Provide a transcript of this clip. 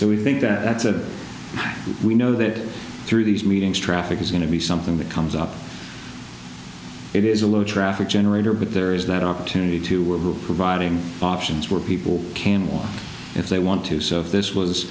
so we think that we know that through these meetings traffic is going to be something that comes up it is a low traffic generator but there is that opportunity to we're providing options where people can walk if they want to so if this was